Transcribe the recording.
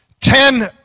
ten